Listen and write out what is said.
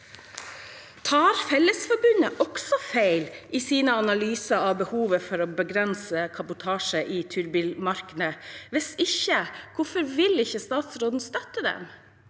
Tar Fellesforbundet også feil i sine analyser av behovet for å begrense kabotasje i turbilmarkedet? Hvis ikke: Hvorfor vil ikke statsråden støtte det?